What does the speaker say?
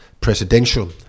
presidential